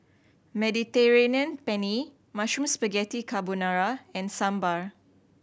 Mediterranean Penne Mushroom Spaghetti Carbonara and Sambar